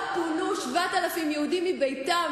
לא פונו 7,000 יהודים מביתם,